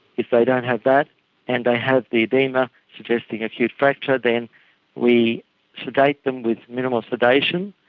if they don't have that and they have the oedema suggesting acute fracture then we sedate them with minimal sedation,